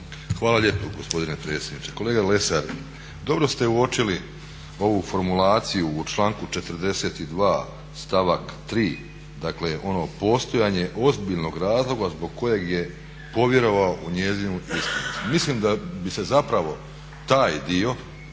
Hvala lijepo gospodine predsjedniče. Kolega Lesar dobro ste uočili ovu formulaciju u članku 42. stavak 3., dakle ono postojanje ozbiljnog razloga zbog kojeg je povjerovao u njezinu istinitost. Mislim da bi se zapravo taj dio